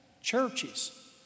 churches